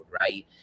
right